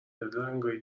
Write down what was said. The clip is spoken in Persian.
رنگای